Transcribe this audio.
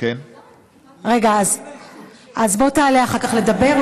אז בוא תעלה אחר כך לדבר.